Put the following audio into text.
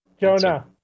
Jonah